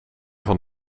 van